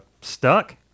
stuck